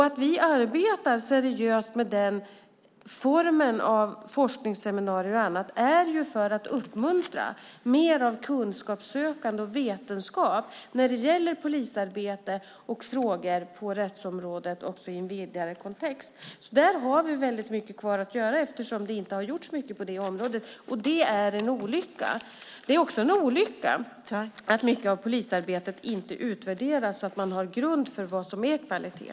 Att vi arbetar seriöst med den formen, med forskningsseminarier och annat, är för att uppmuntra till mer kunskapssökande och vetenskap när det gäller polisarbete och frågor på rättsområdet även i en vidare kontext. Där har vi mycket kvar att göra eftersom det inte har gjorts mycket på det området, vilket är en olycka. Likaså är det en olycka att mycket av polisarbetet inte utvärderas så att vi får en grund för vad som är kvalitet.